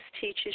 teaches